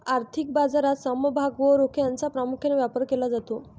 आर्थिक बाजारात समभाग व रोखे यांचा प्रामुख्याने व्यापार केला जातो